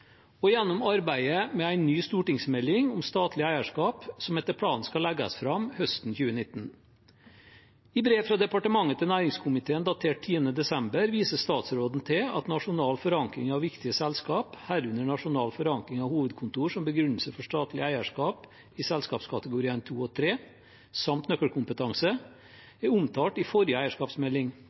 og gjennom arbeidet med en ny stortingsmelding om statlig eierskap, som etter planen skal legges fram høsten 2019. I brev fra departementet til næringskomiteen datert 10. desember viser statsråden til at nasjonal forankring av viktige selskap, herunder nasjonal forankring av hovedkontor som begrunnelse for statlig eierskap i selskapskategoriene 2 og 3, samt nøkkelkompetanse, er omtalt i forrige eierskapsmelding.